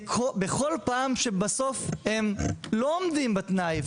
בכל פעם שבסוף הם לא עומדים בתנאי,